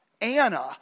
Anna